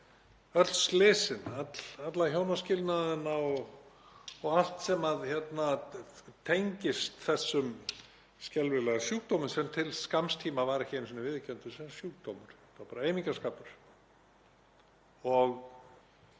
öll slysin, alla hjónaskilnaðina og allt sem tengist þessum skelfilega sjúkdómi sem til skamms tíma var ekki einu sinni viðurkenndur sem sjúkdómur. Þetta var bara aumingjaskapur.